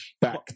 back